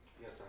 Yes